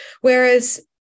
Whereas